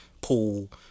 pool